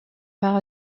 pas